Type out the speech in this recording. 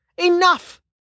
Enough